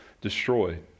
destroyed